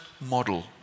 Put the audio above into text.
model